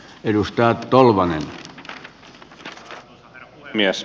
arvoisa herra puhemies